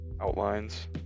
outlines